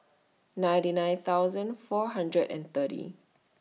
ninety nine thousand four hundred and thirty